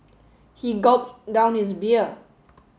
he gulped down his beer